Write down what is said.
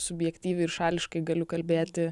subjektyviai ir šališkai galiu kalbėti